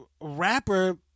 rapper